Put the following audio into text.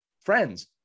friends